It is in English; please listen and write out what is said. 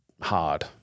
hard